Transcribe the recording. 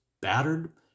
battered